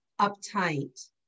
uptight